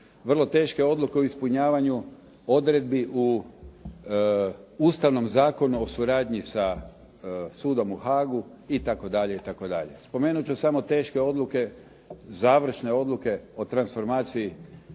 vrlo teške odluke u ispunjavanju odredbi u Ustavnom zakonu o suradnji sa sudom u Haagu itd. itd. Spomenut ću samo teške odluke, završne odluke o transformaciji